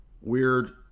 weird